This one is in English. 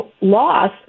loss